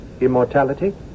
immortality